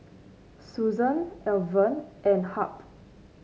Susan Alvin and Hamp